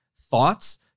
thoughts